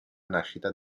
nascita